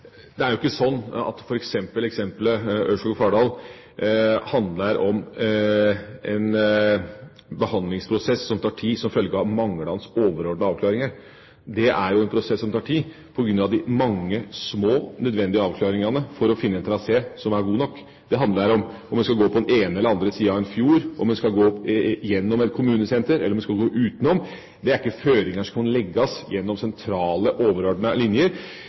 som tar tid på grunn av de mange små, nødvendige avklaringene for å finne en trasé som er god nok. Det handler om den skal gå på den ene eller andre siden av en fjord, om den skal gå gjennom et kommunesenter eller om den skal gå utenom. Det er ikke føringer som kan legges gjennom sentrale, overordnede linjer.